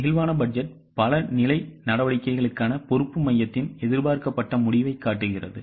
நெகிழ்வான பட்ஜெட் பல நிலை நடவடிக்கைகளுக்கான பொறுப்பு மையத்தின் எதிர்பார்க்கப்பட்ட முடிவைக் காட்டுகிறது